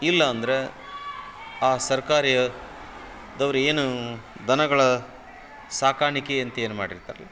ಇಲ್ಲ ಅಂದರೆ ಆ ಸರ್ಕಾರಿ ದವ್ರು ಏನು ದನಗಳ ಸಾಕಾಣಿಕೆಯಂತ ಏನು ಮಾಡಿರ್ತಾರಲ್ಲ